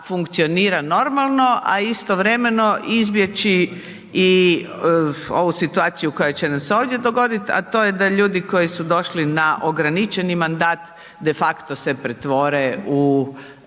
funkcionira normalno, a istovremeno izbjeći i ovu situaciju koja će nam se ovdje dogodit, a to je da ljudi koji su došli na ograničeni mandat, defakto se pretvore u